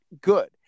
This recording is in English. good